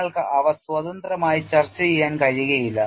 നിങ്ങൾക്ക് അവ സ്വതന്ത്രമായി ചർച്ച ചെയ്യാൻ കഴിയില്ല